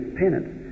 penance